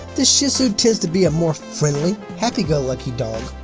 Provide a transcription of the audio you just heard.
the shih tzu tends to be a more friendly, happy-go-lucky dog,